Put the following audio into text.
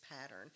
pattern